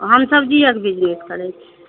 हम सब्जीअर बिजनेस करैत छियै